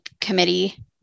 committee